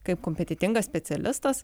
kaip kompetentingas specialistas